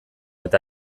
eta